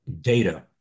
data